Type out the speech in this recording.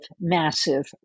massive